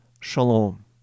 Shalom